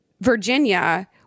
Virginia